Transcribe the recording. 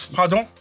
Pardon